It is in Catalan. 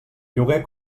lloguer